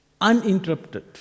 uninterrupted